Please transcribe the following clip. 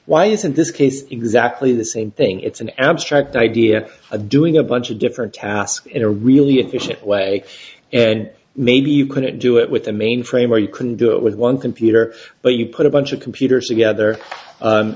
why isn't this case exactly the same thing it's an abstract idea of doing a bunch of different tasks in a really efficient way and maybe you couldn't do it with a mainframe or you can do it with one computer but you put a bunch of computer